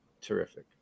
terrific